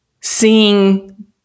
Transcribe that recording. seeing